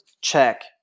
check